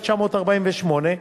התש"ח 1948,